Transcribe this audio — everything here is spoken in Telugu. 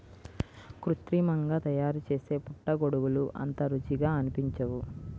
కృత్రిమంగా తయారుచేసే పుట్టగొడుగులు అంత రుచిగా అనిపించవు